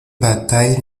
bataille